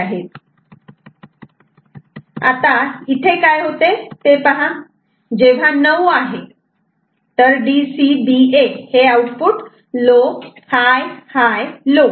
7'6'5'4" तर इथे पहा काय होते जेव्हा 9 आहे तर DCBA हे output low high high low